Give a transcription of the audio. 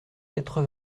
quatre